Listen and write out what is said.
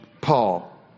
Paul